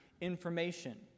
information